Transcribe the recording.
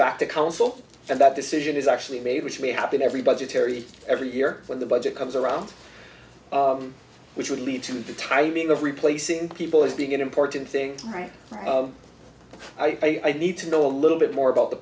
back to council and that decision is actually made which may happen every budgetary every year when the budget comes around which would lead to the tightening of replacing people as being an important thing right of i need to know a little bit more about the